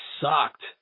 sucked